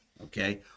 Okay